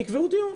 תקבעו דיון,